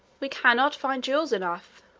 we cannot find jewels enough.